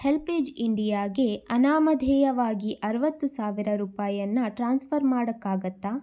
HelpAge ಇಂಡಿಯಾಗೆ ಅನಾಮಧೇಯವಾಗಿ ಅರವತ್ತು ಸಾವಿರ ರೂಪಾಯಿಯನ್ನು ಟ್ರಾನ್ಸ್ಫರ್ ಮಾಡಕ್ಕಾಗತ್ತಾ